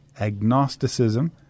agnosticism